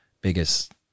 biggest